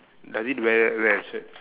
does it wear wear a shirt